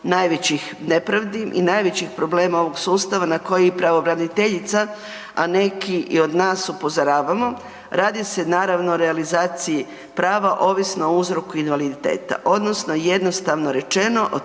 najvećih nepravdi i najvećih problema ovog sustava na koji pravobraniteljica, a neki i od nas upozoravamo. Radi se naravno, o realizaciji prava ovisno o uzroku invaliditeta, odnosno jednostavno rečeno o